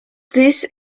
this